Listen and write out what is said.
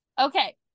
okay